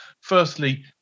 Firstly